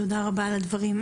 תודה רבה על הדברים.